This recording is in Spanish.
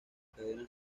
cadena